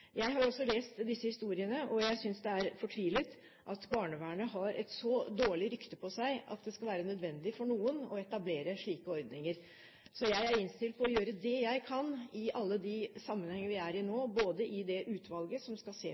Jeg har også lest disse historiene. Jeg synes det er fortvilet at barnevernet har et så dårlig rykte på seg at det skal være nødvendig for noen å etablere slike ordninger. Så jeg er innstilt på å gjøre det jeg kan i alle sammenhenger nå, både i det utvalget som skal se på